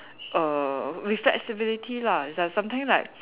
err with flexibility lah it's like sometimes like